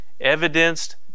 evidenced